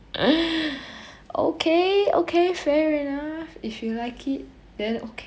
okay okay fair enough if you like it then okay